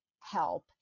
help